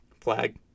Flag